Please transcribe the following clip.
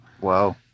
Wow